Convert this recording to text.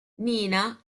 nina